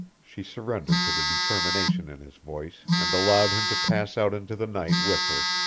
she surrendered to the determination in his voice and allowed him to pass out into the night with her.